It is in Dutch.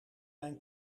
mijn